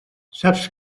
saps